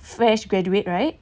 fresh graduate right